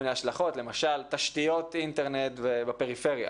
אלא בכל מיני השלכות למשל תשתיות אינטרנט בפריפריה.